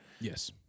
Yes